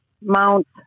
Mount